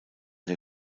der